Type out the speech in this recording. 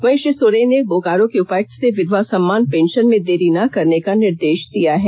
वहीं श्री सोरेन ने बोकारो के उपायुक्त से विधवा सम्मान पेंषन में देरी ना करने का निर्देष दिया है